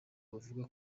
bavuga